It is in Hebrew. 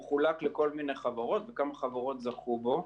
הוא חולק לכל מיני חברות, וכמה חברות זכו בו.